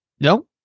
No